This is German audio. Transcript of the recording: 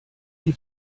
die